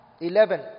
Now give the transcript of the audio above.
Eleven